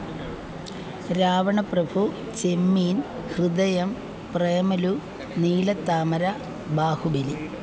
Ravanaprabhu Chemmeen Hridayam Premalu Neelathamara Baahubali